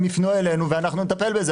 הם יפנו אלינו ואנחנו נטפל בזה,